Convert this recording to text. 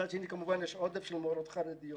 מצד שני, יש עודף של מורות חרדיות.